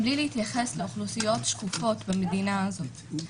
בלי להתייחס לאוכלוסיות שקופות במדינה הזאת.